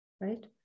right